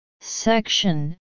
Section